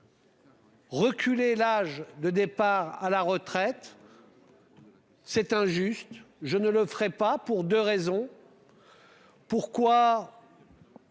Reculer l'âge de départ à la retraite. C'est injuste, je ne le ferai pas pour 2 raisons. Pourquoi.